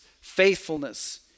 faithfulness